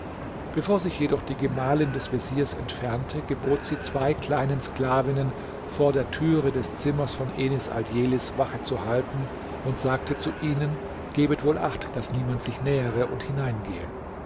bevor sich jedoch die gemahlin des veziers entfernte gebot sie zwei kleinen sklavinnen vor der türe des zimmers von enis aldjelis wache zu halten und sagte zu ihnen gebet wohl acht daß niemand sich nähere und hineingehe